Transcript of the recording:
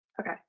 Okay